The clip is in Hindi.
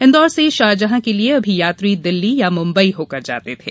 इंदौर से शारजाह के लिए अभी यात्री दिल्ली या मुंबई होकर जाते थे